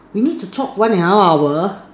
we need to talk one and a half hour